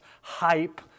hype